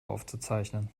aufzuzeichnen